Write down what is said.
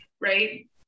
right